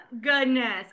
Goodness